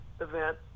event